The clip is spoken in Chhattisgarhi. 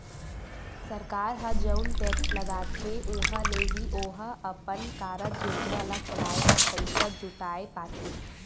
सरकार ह जउन टेक्स लगाथे उहाँ ले ही ओहा अपन कारज योजना ल चलाय बर पइसा जुटाय पाथे